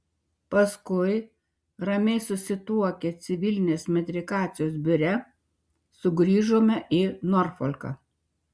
paskui ramiai susituokę civilinės metrikacijos biure sugrįžome į norfolką